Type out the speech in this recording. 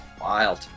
wild